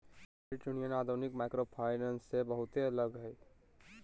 credit union आधुनिक microfinance से बहुते अलग हय